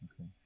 Okay